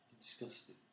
Disgusting